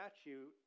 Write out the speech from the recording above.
statute